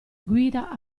guida